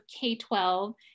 K-12